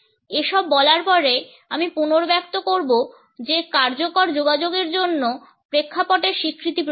এই সব বলার পরে আমি পুনর্ব্যক্ত করব যে কার্যকর যোগাযোগের জন্য প্রেক্ষাপটের স্বীকৃতি প্রয়োজন